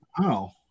Wow